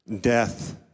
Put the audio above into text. death